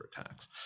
attacks